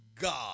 God